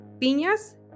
piñas